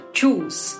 choose